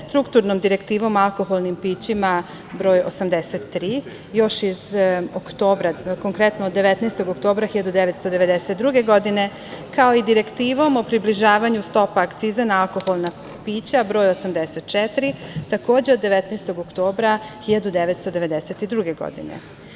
Strukturnom direktivom alkoholnim pićima broj 83, još iz oktobra, konkretno od 19. oktobra 1992. godine, kao i direktivom o približavanju stopa akciza na alkoholna pića broj 84, takođe od 19. oktobra 1992. godine.